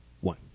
one